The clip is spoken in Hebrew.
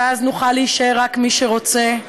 ואז נוכל להישאר רק מי שרוצה?